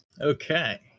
Okay